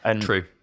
True